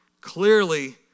Clearly